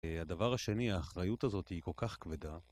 הדבר השני, האחריות הזאת היא כל כך כבדה.